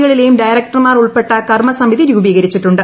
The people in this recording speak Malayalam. കളിലെയും ഡയറക്ടർമാർ ഉൾപ്പെട്ട കർമ്മ സമിതി രൂപീകരിച്ചിട്ടുണ്ട്